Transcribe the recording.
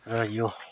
र यो